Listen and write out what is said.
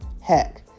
Heck